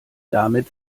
damit